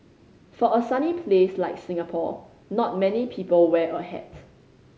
for a sunny place like Singapore not many people wear a hat